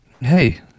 Hey